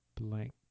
blank